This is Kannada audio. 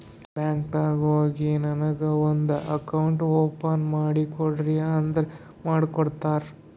ಬ್ಯಾಂಕ್ ನಾಗ್ ಹೋಗಿ ನನಗ ಒಂದ್ ಅಕೌಂಟ್ ಓಪನ್ ಮಾಡಿ ಕೊಡ್ರಿ ಅಂದುರ್ ಮಾಡ್ಕೊಡ್ತಾರ್